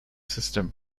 system